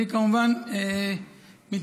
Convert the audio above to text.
אני כמובן מתנצל,